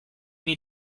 need